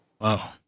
Wow